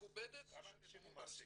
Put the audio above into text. מכובדת של --- כמה אנשים הוא מעסיק,